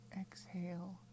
exhale